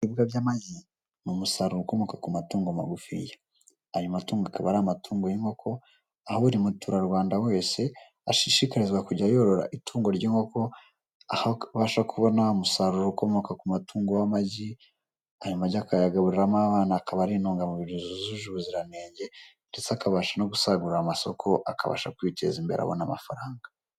Ibiribwa by'amajyi ni umusaruro ukomoka ku matungo magufiya ayo matungo akaba ari amatungo y'inkoko aho buri mutura Rwanda wese ashishikarizwa kujya yorora itungo ry'inkoko aho abasha kubona umusaruro ukomoka ku matungo nk'amajyi ayo majyi akayagaburiramo abana akaba ari intungamuburi zujuje ubuziranenge ndetse akabasha kubona amafaranga.